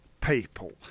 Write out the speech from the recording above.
people